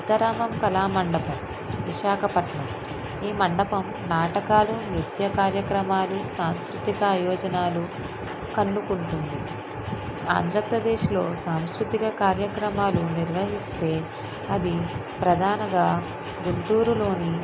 ఉత్తరావం కళామండపం విశాఖపట్నం ఈ మండపం నాటకాలు నృత్య కార్యక్రమాలు సంస్కృతిక అయోజనాలు కన్నుకుంటుంది ఆంధ్రప్రదేశ్లో సంస్కృతిక కార్యక్రమాలు నిర్వహిస్తే అది ప్రధానంగా గుంటూరులోని